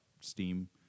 steam